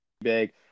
big